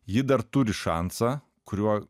ji dar turi šansą kuriuo